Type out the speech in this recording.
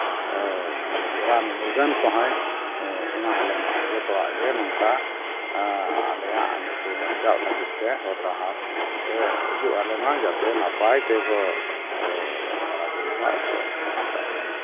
ᱨᱟᱱᱼᱢᱩᱨᱜᱟᱹᱱ ᱠᱚᱦᱚᱸᱭ ᱮᱢᱟᱞᱮ ᱢᱟ ᱡᱚᱛᱚᱣᱟᱜ ᱜᱮ ᱱᱚᱝᱠᱟ ᱟᱞᱮᱭᱟᱜ ᱱᱩᱠᱩ ᱵᱟᱧᱪᱟᱜ ᱞᱟᱹᱜᱤᱫ ᱛᱮ ᱦᱚᱨ ᱰᱟᱦᱟᱨ ᱮ ᱩᱫᱩᱜᱼᱟᱞᱮ ᱢᱟ ᱡᱟᱛᱮ ᱱᱟᱯᱟᱭ ᱛᱮᱠᱚ ᱦᱟᱨᱟ ᱵᱩᱨᱩᱜ ᱢᱟ ᱟᱨ ᱠᱚ ᱛᱟᱦᱮᱱ ᱢᱟ